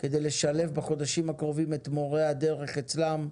כדי לשלב בחודשים הקרובים את מורי הדרך אצלם,